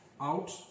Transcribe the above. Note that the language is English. out